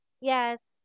Yes